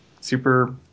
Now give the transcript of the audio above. super